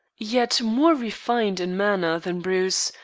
yet more refined in manner than bruce,